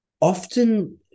often